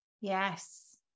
Yes